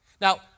Now